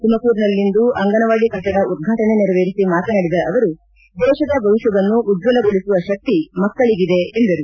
ತುಮಕೂರಿನಲ್ಲಿಂದು ಅಂಗವನಾಡಿ ಕಟ್ಟಡ ಉದ್ರಾಟನೆ ನೆರೆವೇರಿಸಿ ಮಾತನಾಡಿದ ಅವರು ದೇಶದ ಭವಿಷ್ಣವನ್ನು ಉಜ್ವಲಗೊಳಿಸುವ ಶಕ್ತಿ ಮಕ್ಕಳಿಗಿದೆ ಎಂದರು